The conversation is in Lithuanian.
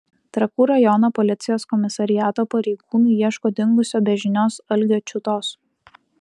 trakų rajono policijos komisariato pareigūnai ieško dingusio be žinios algio čiutos